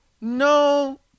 No